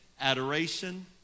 Adoration